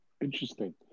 Interesting